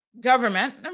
government